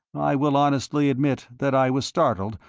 i will honestly admit that i was startled,